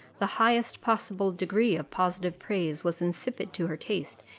the highest possible degree of positive praise was insipid to her taste,